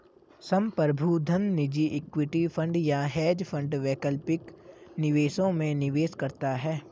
संप्रभु धन निजी इक्विटी फंड या हेज फंड वैकल्पिक निवेशों में निवेश करता है